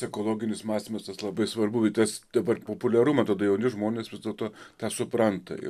ekologinis mąstymas tas labai svarbu ir tas dabar populiaru man atrodo jauni žmonės vis dėlto tą supranta jau